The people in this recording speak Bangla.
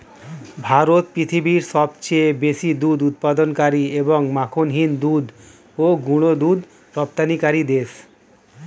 ভারত পৃথিবীর সবচেয়ে বেশি দুধ উৎপাদনকারী এবং মাখনহীন দুধ ও গুঁড়ো দুধ রপ্তানিকারী দেশ